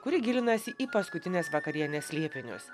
kuri gilinasi į paskutinės vakarienės slėpinius